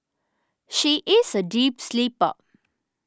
she is a deep sleeper